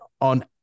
on